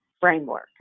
framework